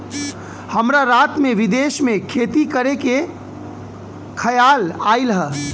हमरा रात में विदेश में खेती करे के खेआल आइल ह